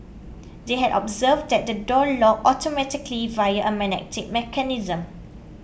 they had observed that the door locked automatically via a magnetic mechanism